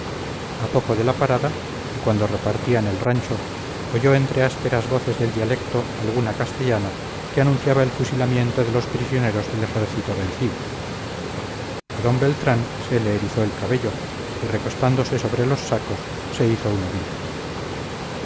a poco de la parada y cuando repartían el rancho oyó entre ásperas voces del dialecto alguna castellana que anunciaba el fusilamiento de los prisioneros del ejército vencido a d beltrán se le erizó el cabello y recostándose sobre los sacos se hizo un ovillo